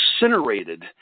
incinerated